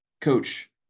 coach